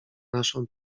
naszą